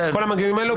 כל הדברים האלו,